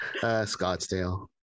Scottsdale